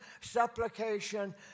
supplication